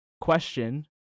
question